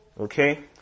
Okay